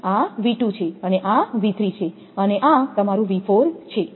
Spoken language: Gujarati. આ છે આ છે આ છે અને આ છે